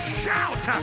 shout